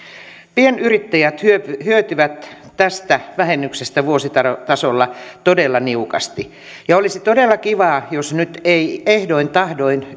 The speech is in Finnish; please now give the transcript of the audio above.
pienyrittäjät hyötyvät tästä vähennyksestä vuositasolla todella niukasti ja olisi todella kivaa jos nyt ei ehdoin tahdoin